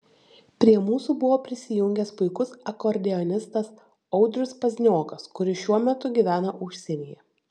prie mūsų buvo prisijungęs puikus akordeonistas audrius pazniokas kuris šiuo metu gyvena užsienyje